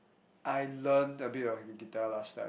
I learned a bit of the guitar last time